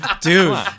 Dude